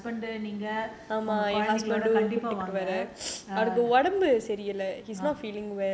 கண்டிப்பா வாங்க உங்க:kandipaa vaanga unga husband நீங்க உங்க குழந்தைக கண்டிப்பா வாங்க:neenga unga kulanthaiga kandipaa vaanga